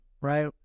right